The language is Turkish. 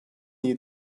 iyi